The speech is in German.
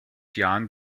jahren